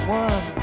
one